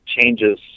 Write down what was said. changes